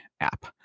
app